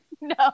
No